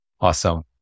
Awesome